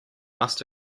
must